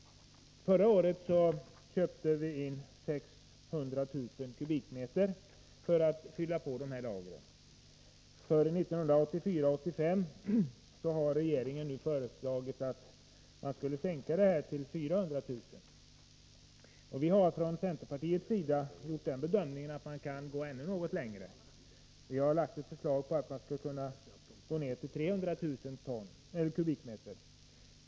Förra året köpte vi in 600 000 m? olja för att fylla på lagren. Regeringen har nu föreslagit att inköpen för 1984/85 skall begränsas till 400 000 m?. Från centerpartiets sida har vi gjort bedömningen att man kan gå ännu något längre. Vi har föreslagit att man skall gå ned till 300 000 m?